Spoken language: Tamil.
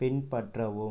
பின்பற்றவும்